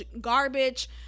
garbage